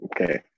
okay